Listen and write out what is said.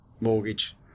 mortgage